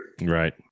Right